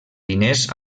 diners